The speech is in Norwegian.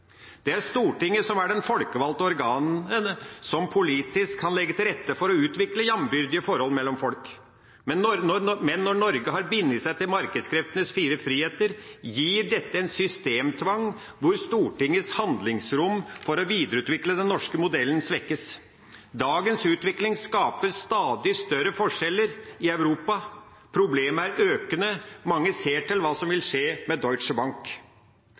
Det er Stortinget som er det folkevalgte organet som politisk kan legge til rette for å utvikle jambyrdige forhold mellom folk, men når Norge har bundet seg til markedskreftenes fire friheter, gir dette en systemtvang hvor Stortingets handlingsrom for å videreutvikle den norske modellen svekkes. Dagens utvikling skaper stadig større forskjeller i Europa. Problemet er økende, mange ser til hva som vil skje med